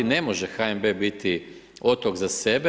Ne može HNB-e biti otok za sebe.